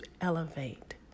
elevate